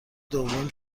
دوم